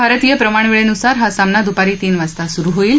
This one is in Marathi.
भारतीय वेळेनुसार हा सामना दुपारी तीन वाजता सुरू होईल